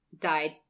died